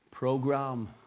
Program